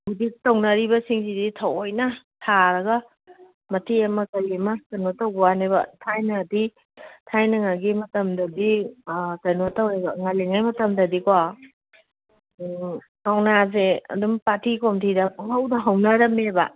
ꯍꯧꯖꯤꯛ ꯇꯧꯅꯔꯤꯕꯁꯤꯡꯁꯤꯗꯤ ꯊꯑꯣꯏꯅ ꯊꯥꯔꯒ ꯃꯇꯦꯛ ꯑꯃ ꯀꯔꯤ ꯑꯃ ꯀꯩꯅꯣ ꯇꯧꯕꯥꯎꯅꯦꯕ ꯊꯥꯏꯅꯗꯤ ꯊꯥꯏꯅꯉꯩꯒꯤ ꯃꯇꯝꯗꯗꯤ ꯀꯩꯅꯣ ꯇꯧꯋꯦꯕ ꯉꯜꯂꯤꯉꯩ ꯃꯇꯝꯗꯗꯤꯀꯣ ꯀꯧꯅꯥꯁꯦ ꯑꯨꯗꯝ ꯄꯥꯊꯤ ꯀꯣꯝꯊꯤꯗ ꯄꯪꯍꯧꯗ ꯍꯧꯅꯔꯝꯃꯦꯕ